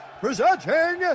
presenting